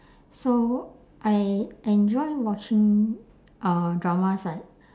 so I enjoy watching uh dramas like